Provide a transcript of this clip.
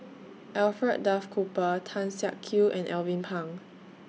Alfred Duff Cooper Tan Siak Kew and Alvin Pang